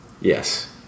Yes